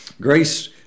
Grace